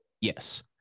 Yes